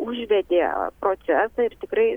užvedė procesą ir tikrai